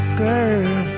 girl